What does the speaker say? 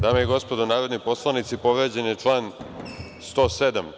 Dame i gospodo narodni poslanici, povređen je član 107.